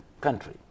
country